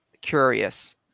curious